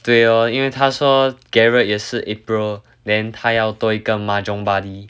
对 lor 因为他说 gerard 也是 april then 他要多一个 mahjong buddy